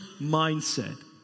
mindset